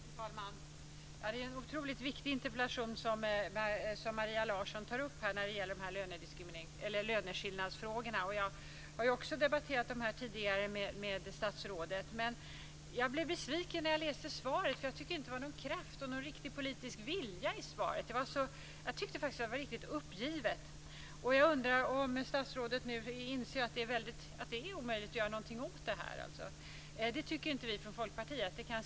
Fru talman! Det är en otroligt viktig interpellation som Maria Larsson tar upp om löneskillnadsfrågorna. Jag har också debatterat dem tidigare med statsrådet. Men jag blev besviken när jag läste svaret. Jag tycker inte att det finns någon kraft och någon riktig politisk vilja i svaret. Jag tycker faktiskt att det var riktigt uppgivet. Jag undrar om statsrådet nu inser att det är omöjligt att göra någonting åt detta. Det tycker inte vi i Folkpartiet.